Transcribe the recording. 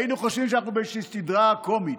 היינו חושבים שאנחנו באיזושהי סדרה קומית.